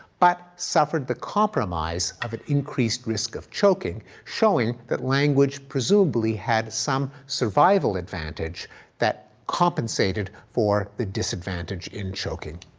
but suffered the compromise of an increased risk of choking showing that language presumably had some survival advantage that compensated for the disadvantage in choking.